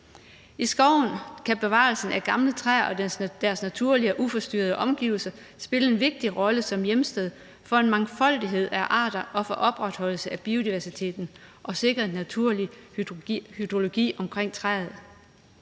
I skoven kan bevarelsen af gamle træer og deres naturlige og uforstyrrede omgivelser spille en vigtig rolle som hjemsted for en mangfoldighed af arter, for opretholdelse af biodiversiteten og for at sikre en naturlig hydrologi omkring træet.